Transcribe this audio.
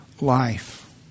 life